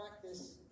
practice